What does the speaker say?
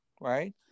right